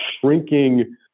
shrinking